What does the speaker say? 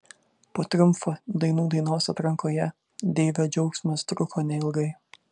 po triumfo dainų dainos atrankoje deivio džiaugsmas truko neilgai